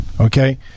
Okay